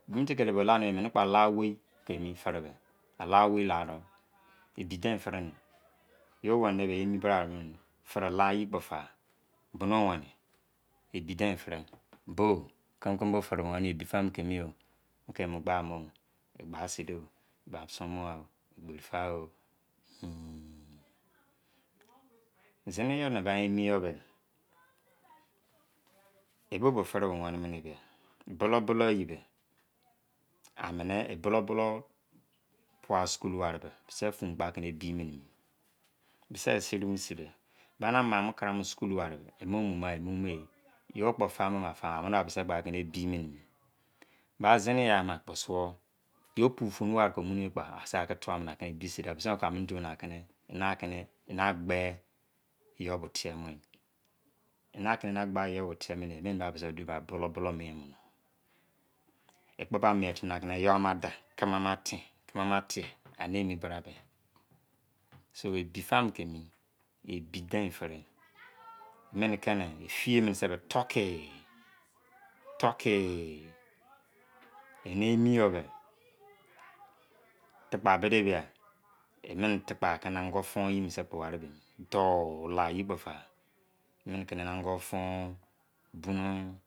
Gunte kiri bo gba do- emini kpo alaowei ki emi firi be alaowei la do ebi dein firi ni yo weni ne bia ye emi bra ari yi mi firii la yi kpo fa bo no weni ebi dein firi bo kimi-kimi bo firi weni ebi faa mo ki emi yo mo ki emo gba mo e gba sin doo eba a sunmogha o pele de egberi fao! Yiin!!, zini yọ nị be a emi yọ b. E bo bo firi be weni de bia bọlọu-bọlọu yi be. Amini e bolou bolou pua skulu wari be bisi fun kpo ki aki e bi yi bisi yo biisin be bani amaamo karamo skulu wari be yo kpo famu ma oyin ye ba zini yii mina kpo suo yo opu fun wari kọ mu kpo a bani bisi kpo akini ebi. Ekpo ba mien timi kimi ama da kimi ama tin. Eni emi yo be toki toki eni emi yo be. Tukpa bo de bia. Emini tikps ka ngo foun yi mo se emi emini tukpa kon ango foun bunu